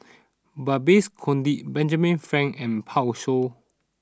Babes Conde Benjamin Frank and Pan Shou